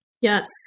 Yes